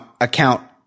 account